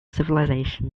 civilization